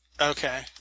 Okay